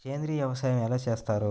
సేంద్రీయ వ్యవసాయం ఎలా చేస్తారు?